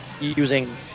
using